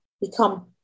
become